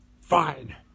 Fine